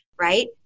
right